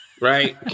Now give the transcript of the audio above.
right